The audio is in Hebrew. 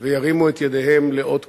וירימו את ידיהם לאות כניעה.